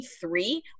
three